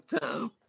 time